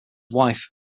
wife